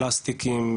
פלסטיקים,